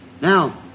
Now